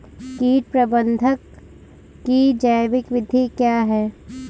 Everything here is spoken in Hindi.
कीट प्रबंधक की जैविक विधि क्या है?